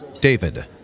David